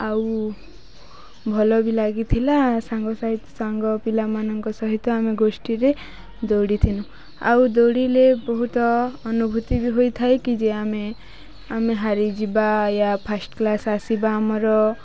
ଆଉ ଭଲ ବି ଲାଗିଥିଲା ସାଙ୍ଗ ସହିତ ସାଙ୍ଗ ପିଲାମାନଙ୍କ ସହିତ ଆମେ ଗୋଷ୍ଠୀରେ ଦୌଡ଼ିଥିଲୁ ଆଉ ଦୌଡ଼ିଲେ ବହୁତ ଅନୁଭୂତି ବି ହୋଇଥାଏ କିି ଯେ ଆମେ ଆମେ ହାରିଯିବା ୟା ଫାର୍ଷ୍ଟ କ୍ଲାସ୍ ଆସିବା ଆମର